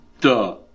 Duh